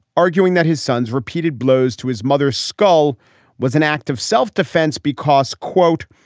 arguing that his son's repeated blows to his mother's skull was an act of self-defense because, quote,